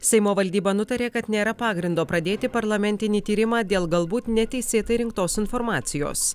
seimo valdyba nutarė kad nėra pagrindo pradėti parlamentinį tyrimą dėl galbūt neteisėtai rinktos informacijos